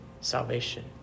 salvation